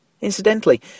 Incidentally